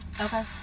Okay